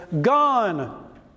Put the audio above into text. gone